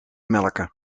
melken